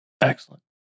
Excellent